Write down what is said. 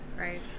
Right